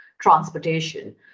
transportation